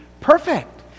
perfect